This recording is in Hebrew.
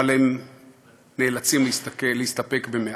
אבל הם נאלצים להסתפק במעט.